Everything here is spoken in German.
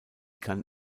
kann